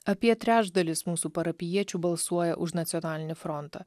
apie trečdalis mūsų parapijiečių balsuoja už nacionalinį frontą